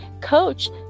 coach